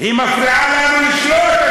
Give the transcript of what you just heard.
היא מפריעה לנו לשלוט.